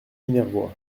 minervois